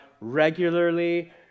regularly